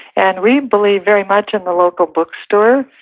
and we believe very much in the local bookstore.